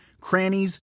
crannies